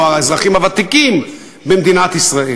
או האזרחים הוותיקים במדינת ישראל.